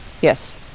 Yes